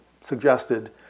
suggested